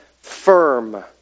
firm